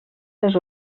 les